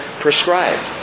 prescribed